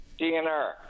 DNR